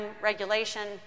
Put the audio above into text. regulation